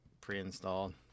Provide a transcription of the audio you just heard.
pre-installed